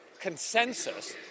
consensus